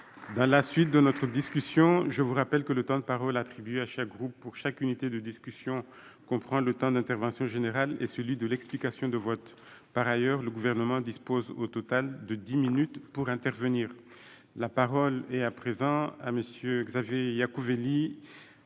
Mes chers collègues, je vous rappelle que le temps de parole attribué à chaque groupe pour chaque unité de discussion comprend le temps de l'intervention générale et celui de l'explication de vote. Par ailleurs, le Gouvernement dispose au total de dix minutes pour intervenir. Dans la suite de la discussion, la parole est à M. Xavier Iacovelli.